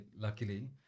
luckily